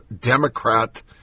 Democrat